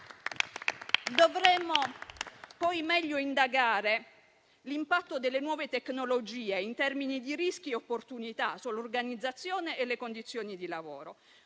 Dovremmo poi indagare meglio l'impatto delle nuove tecnologie, in termini di rischi e opportunità, sull'organizzazione e le condizioni di lavoro.